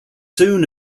soon